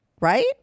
Right